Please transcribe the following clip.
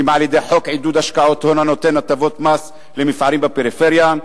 על-ידי חוק עידוד השקעות הון הנותן הטבות מס למפעלים בפריפריה,